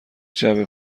جعبه